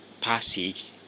passage